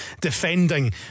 defending